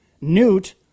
Newt